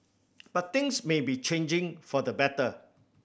but things may be changing for the better